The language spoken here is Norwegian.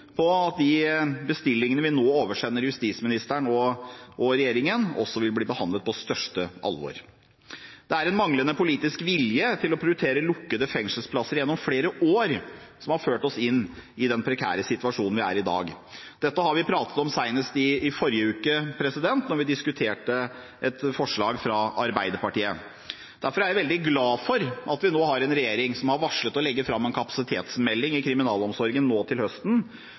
på at de bestillingene vi nå oversender justisministeren og regjeringen, vil bli behandlet på største alvor. Det er en manglende politisk vilje gjennom flere år til å prioritere lukkede fengselsplasser som har ført oss inn i den prekære situasjonen vi er i i dag. Dette pratet vi om senest i forrige uke, da vi diskuterte et forslag fra Arbeiderpartiet. Derfor er jeg veldig glad for at vi nå har en regjering som har varslet å legge fram en kapasitetsmelding i kriminalomsorgen nå til høsten,